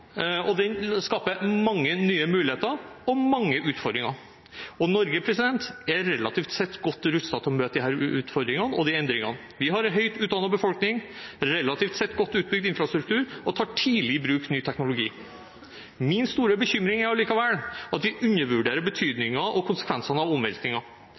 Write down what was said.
og den skaper mange nye muligheter og mange utfordringer. Norge er relativt sett godt rustet til å møte disse utfordringene og disse endringene. Vi har en høyt utdannet befolkning, relativt sett godt utbygd infrastruktur, og vi tar tidlig i bruk ny teknologi. Min store bekymring er likevel at vi undervurderer betydningen og konsekvensene av